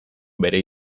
bere